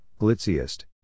glitziest